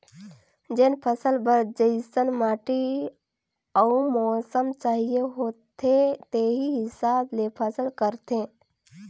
जेन फसल बर जइसन माटी अउ मउसम चाहिए होथे तेही हिसाब ले फसल करथे